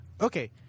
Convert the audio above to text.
okay